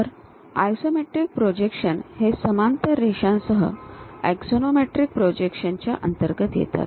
तर isometric projections हे समांतर रेषांसह एक्सोनोमेट्रिक प्रोजेक्शनच्या अंतर्गत येतात